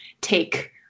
take